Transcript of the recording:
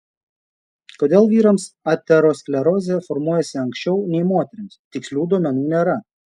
kodėl vyrams aterosklerozė formuojasi anksčiau nei moterims tikslių duomenų nėra